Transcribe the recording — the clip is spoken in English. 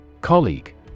Colleague